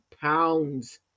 pounds